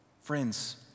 Friends